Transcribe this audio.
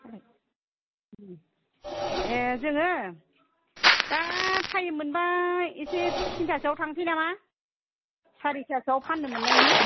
ए जोङो दा टाइम मोनोबा एसे थिनथासोआव थांसै नामा सारिथासोआव फाननो मोननायनि